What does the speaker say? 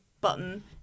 button